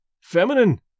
feminine